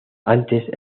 antes